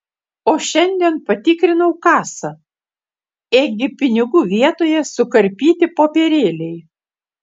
o šiandien patikrinau kasą ėgi pinigų vietoje sukarpyti popierėliai